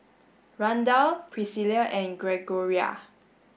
Randal Pricilla and Gregoria